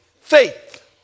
faith